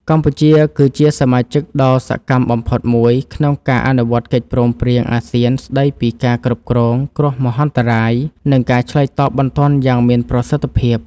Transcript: កម្ពុជាគឺជាសមាជិកដ៏សកម្មបំផុតមួយក្នុងការអនុវត្តកិច្ចព្រមព្រៀងអាស៊ានស្តីពីការគ្រប់គ្រងគ្រោះមហន្តរាយ និងការឆ្លើយតបបន្ទាន់យ៉ាងមានប្រសិទ្ធភាព។